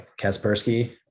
Kaspersky